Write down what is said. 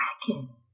cracking